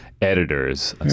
editors